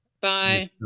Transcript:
Bye